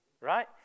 Right